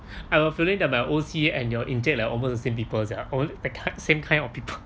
I have a feeling that my O_C and your encik like almost the same people sia almost that k~ same kind of people